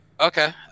okay